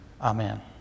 Amen